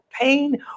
pain